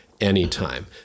anytime